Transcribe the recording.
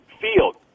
field